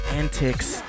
antics